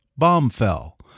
Bombfell